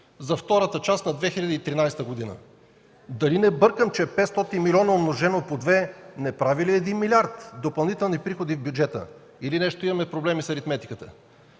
За втората част на 2013 г. Дали не бъркам, че 500 милиона, умножено по две, прави 1 милиард допълнителни приходи в бюджета? Или нещо имаме проблеми с аритметиката?